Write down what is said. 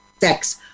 sex